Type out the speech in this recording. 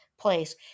place